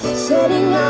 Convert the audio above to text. setting